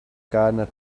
gardener